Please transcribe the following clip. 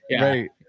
right